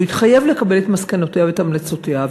שהוא התחייב לקבל את מסקנותיה ואת המלצותיה,